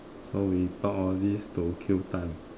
so we talk all this to kill time